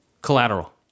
Collateral